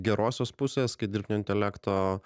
gerosios pusės kai dirbtinio intelekto